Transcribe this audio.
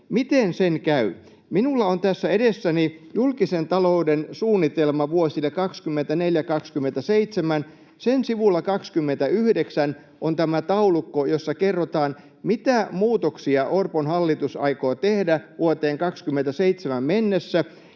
käy. Minulla on tässä edessäni julkisen talouden suunnitelma vuosille 24—27. Sen sivulla 29 on tämä taulukko, jossa kerrotaan, mitä muutoksia Orpon hallitus aikoo tehdä vuoteen 27 mennessä.